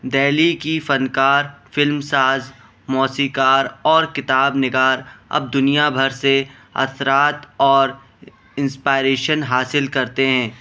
دہلی كی فنكار فلم ساز موسیقار اور كتاب نگار اب دنیا بھر سے اثرات اور انسپائریشن حاصل کرتے ہیں